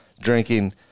Drinking